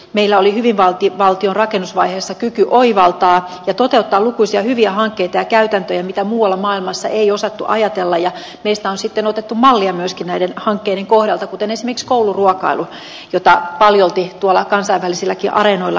meillä oli hyvinvointivaltion rakennusvaiheessa kyky oivaltaa ja toteuttaa lukuisia hyviä hankkeita ja käytäntöjä mitä muualla maailmassa ei osattu ajatella ja meistä on sitten otettu mallia myöskin näiden hankkeiden kohdalta kuten esimerkiksi kouluruokailun jota paljolti tuolla kansainvälisilläkin areenoilla ihaillaan